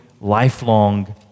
lifelong